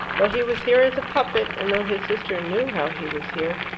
though he was here as a puppet, and though his sister knew how he was here.